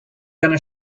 gonna